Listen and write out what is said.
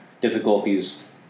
difficulties